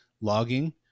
logging